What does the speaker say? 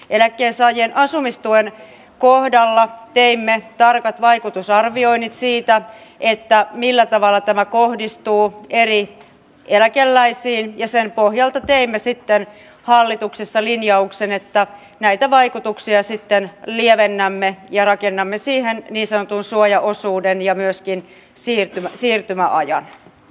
eläkkeensaajien asumistuen kohdalla teimme tarkat vaikutusarvioinnit siitä millä tavalla tämä kohdistuu eri eläkeläisiin ja sen pohjalta teimme sitten hallituksessa linjauksen että näitä vaikutuksia sitten lievennämme ja rakennamme siihen niin sanotun suojaosuuden ja myöskin siirtymäajan